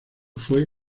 fue